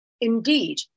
Indeed